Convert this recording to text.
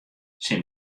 tsjin